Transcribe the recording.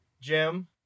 Jim